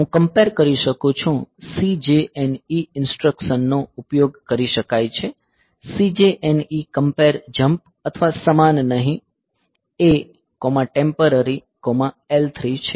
હું કમ્પેર કરી શકું છું CJNE ઈન્સ્ટ્રકસન નો ઉપયોગ કરી શકાય છે CJNE કમ્પેર જમ્પ અથવા સમાન નહીં A ટેમ્પરરીL 3 છે